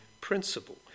principle